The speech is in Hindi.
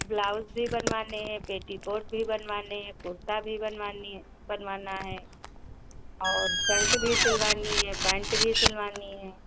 ब्लाउस भी बनवाने हैं पेटीकोट भी बनवाने हैं कुर्ता भी बनवाना है बनवाना है और शर्ट भी सिलवाना है पेट भी सिलवानी है